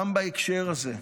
גם בהקשר הזה,